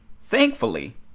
thankfully